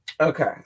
Okay